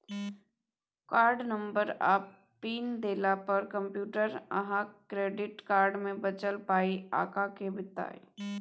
card number आ PIN देला पर कंप्यूटर अहाँक क्रेडिट कार्ड मे बचल पाइ अहाँ केँ बताएत